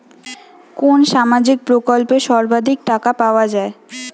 কোন সামাজিক প্রকল্পে সর্বাধিক টাকা পাওয়া য়ায়?